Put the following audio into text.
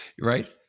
Right